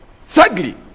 Sadly